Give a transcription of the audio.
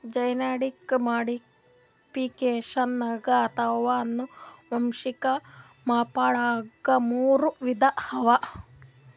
genetic ಮಾಡಿಫಿಕೇಷನ್ದಾಗ್ ಅಥವಾ ಅನುವಂಶಿಕ್ ಮಾರ್ಪಡ್ದಾಗ್ ಮೂರ್ ವಿಧ ಅವಾ